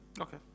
Okay